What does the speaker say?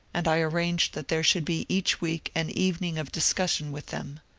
and i arranged that there should be each week an evening of discussion with them.